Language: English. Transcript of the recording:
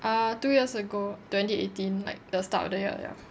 uh two years ago twenty eighteen like the start of the year ya